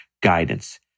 guidance